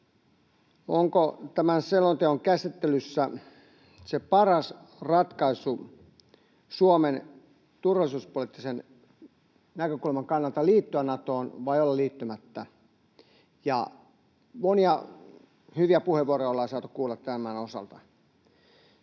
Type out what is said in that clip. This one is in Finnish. onko tämän selonteon käsittelyssä se paras ratkaisu Suomen turvallisuuspoliittisen näkökulman kannalta liittyä Natoon vai olla liittymättä. Ja monia hyviä puheenvuoroja ollaan saatu kuulla tämän osalta.